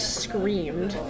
screamed